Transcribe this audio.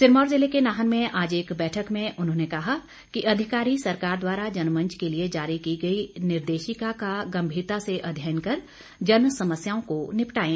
सिरमौर जिले के नाहन में आज एक बैठक में उन्होंने कहा कि अधिकारी सरकार द्वारा जनमंच के लिए जारी की गई निर्देशिका का गंभीरता से अध्ययन कर जन समस्याओं को निपटाएं